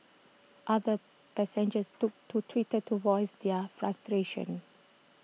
other passengers took to Twitter to voice their frustrations